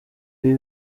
ibi